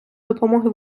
допомоги